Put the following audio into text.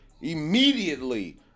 immediately